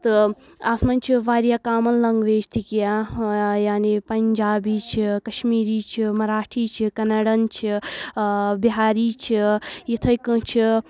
تہٕ اتھ منٛز چھِ واریاہ کامن لنگویج تہِ کینٛہہ یعنی پنجابی چھِ کشمیٖری چھِ مراٹھی چھِ کنڈن چھِ آ بِہاری چھِ یِتھے کٲٹھۍ چھِ